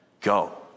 go